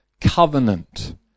covenant